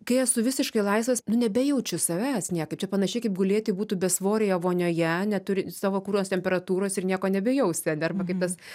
kai esu visiškai laisvas nu nebejaučiu savęs niekaip čia panašiai kaip gulėti būtų besvorėje vonioje neturi savo kurios temperatūros ir nieko nebejausti arba dar kaip tas